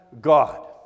God